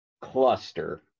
cluster